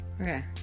Okay